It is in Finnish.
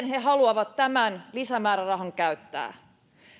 he haluavat tämän lisämäärärahan käyttää